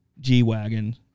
G-Wagon